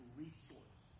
resource